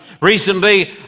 Recently